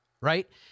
right